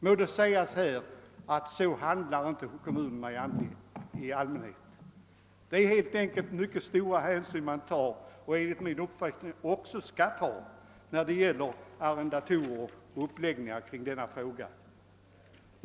Må det här sägas att så handlar irte kommunerna i allmänhet. Det är helt enkelt mycket stora hänsyn man tar och enligt min uppfattning också skall ta när det gäller arrendatorer och uppläggningen av denna fråga.